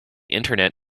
internet